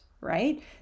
right